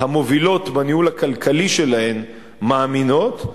המובילות בניהול הכלכלי שלהן מאמינות,